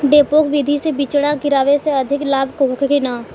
डेपोक विधि से बिचड़ा गिरावे से अधिक लाभ होखे की न?